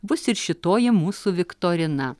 bus ir šitoji mūsų viktorina